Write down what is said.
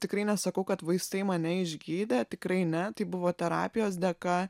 tikrai nesakau kad vaistai mane išgydė tikrai ne tai buvo terapijos dėka